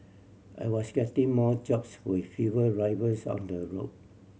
I was getting more jobs with fewer drivers on the road